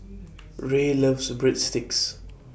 Rae loves Breadsticks